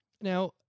Now